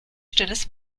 stilles